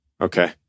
Okay